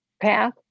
path